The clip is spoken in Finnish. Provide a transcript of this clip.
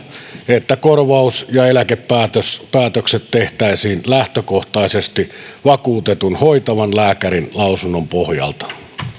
että korvaus ja eläkepäätökset tehtäisiin lähtökohtaisesti vakuutetun hoitavan lääkärin lausunnon pohjalta